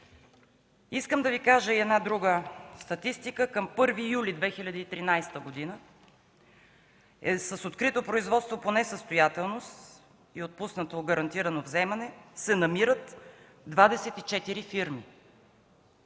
Искам да Ви кажа и друга една статистика. Към 1 юли 2013 г. в открито производство по несъстоятелност и отпуснато гарантирано вземане се намират 24 фирми,